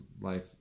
life